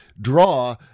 draw